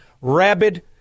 rabid